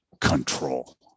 control